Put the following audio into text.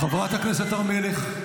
--- חברת הכנסת הר מלך.